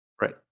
Right